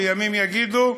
וימים יגידו,